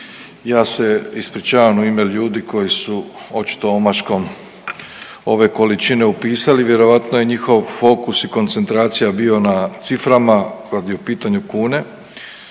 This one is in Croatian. ja se ispričavam u ime ljudi koji su očito omaškom ove količine upisali, vjerojatno je njihov fokus i koncentracija bio na ciframa kad je u pitanju kune,